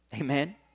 Amen